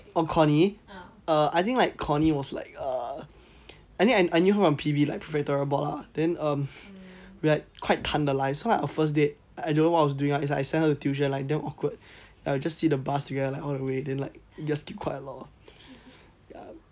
cony err I think like cony was like err I think I I knew her from P_V like flatterable lah then um we like quite tenderlise so our first date I don't know what was doing ah it's like I sent her to tuition like damn awkward I was just sit the bus together like all the way then like just keep quite lor ya